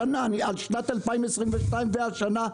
על שנת 2022 והשנה,